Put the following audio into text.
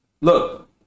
Look